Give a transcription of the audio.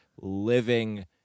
living